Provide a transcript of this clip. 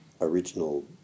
original